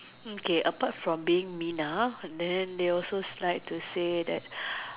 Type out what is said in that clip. okay apart from being minah then they also like to say that